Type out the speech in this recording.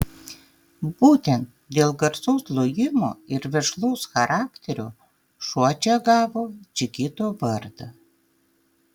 būtent dėl garsaus lojimo ir veržlaus charakterio šuo čia gavo džigito vardą